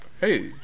Hey